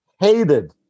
Hated